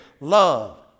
love